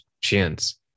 chance